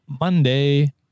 Monday